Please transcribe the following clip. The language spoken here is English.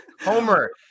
Homer